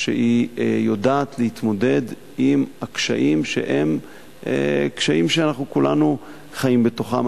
שהיא יודעת להתמודד עם הקשיים שהם קשיים שאנחנו כולנו חיים בתוכם.